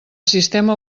sistema